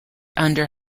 under